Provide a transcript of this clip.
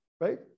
right